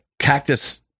Cactus